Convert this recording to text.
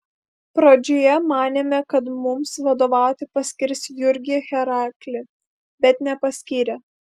pradžioje manėme kad mums vadovauti paskirs jurgį heraklį bet nepaskyrė